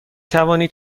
توانید